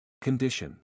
Condition